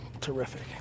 terrific